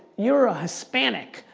you're a hispanic.